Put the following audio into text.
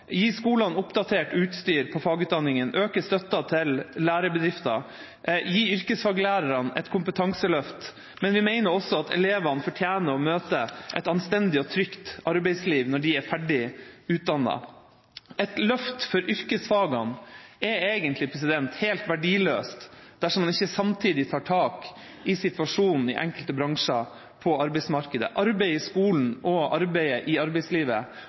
gi skolene oppdatert utstyr på fagutdanninga, øke støtten til lærebedrifter og gi yrkesfaglærerne et kompetanseløft, men vi mener også at elevene fortjener å møte et anstendig og trygt arbeidsliv når de er ferdig utdannet. Et løft for yrkesfagene er egentlig helt verdiløst dersom man ikke samtidig tar tak i situasjonen i enkelte bransjer i arbeidslivet. Arbeidet i skolen og arbeidet i arbeidslivet